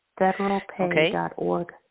federalpay.org